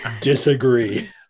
disagree